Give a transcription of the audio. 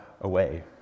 away